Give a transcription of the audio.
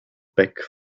back